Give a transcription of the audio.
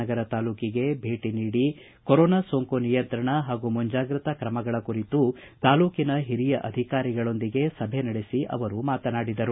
ನಗರ ತಾಲೂಕಿಗೆ ಭೇಟಿ ನೀಡಿ ಕೊರೋನಾ ಸೋಂಕು ನಿಯಂತ್ರಣ ಹಾಗೂ ಮುಂಜಾಗ್ರತಾ ಕ್ರಮಗಳ ಕುರಿತು ತಾಲೂಕಿನ ಹಿರಿಯ ಅಧಿಕಾರಿಗಳೊಂದಿಗೆ ಸಭೆ ನಡೆಸಿ ಅವರು ಮಾತನಾಡಿದರು